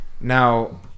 Now